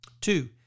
Two